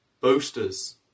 boasters